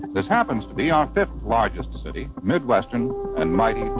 this happens to be our fifth-largest city, midwestern and mighty